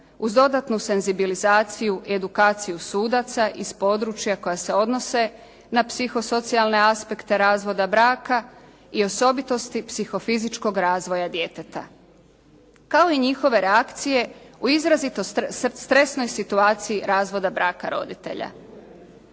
uz dodatnu senzibilizaciju i edukaciju sudaca iz područja koja se odnose na psihosocijalne aspekte razvoda braka i osobitosti psihofizičkog razvoja djeteta, kao i njihove reakcije u izrazito stresnoj situaciji razvoda braka roditelja.